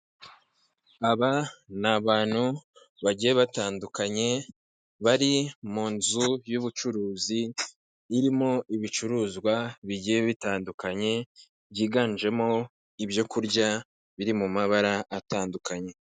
Aba ni abantu bagiye batandukanye bari mu nzu y'ubucuruzi irimo ibicuruzwa bigiye bitandukanye, byiganjemo ibyokurya biri mu mabara atandukanye.